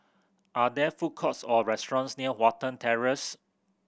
are there food courts or restaurants near Watten Terrace